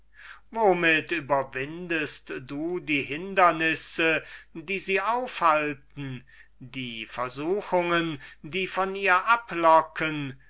womit überwindest du die hinternisse die sie aufhalten die versuchungen die von ihr ablocken